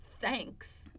thanks